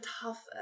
tough